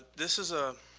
this is a